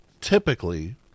typically